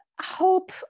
hope